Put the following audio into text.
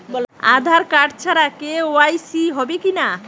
আধার card ছাড়া KYC হবে কিনা?